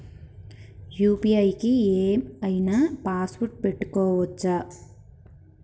UPI కి ఏం ఐనా పాస్వర్డ్ పెట్టుకోవచ్చా?